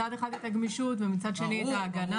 מצד אחד את הגמישות ומצד שני את ההגנה.